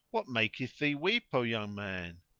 what maketh thee weep, o young man?